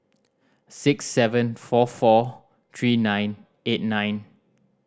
six seven four four three nine eight nine